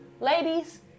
ladies